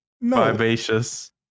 Vivacious